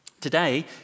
Today